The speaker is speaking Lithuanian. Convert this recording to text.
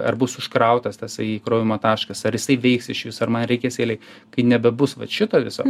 ar bus užkrautas tasai įkrovimo taškas ar jisai veiks išvis ar man reikės eilėj kai nebebus vat šito viso